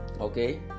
okay